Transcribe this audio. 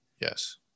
yes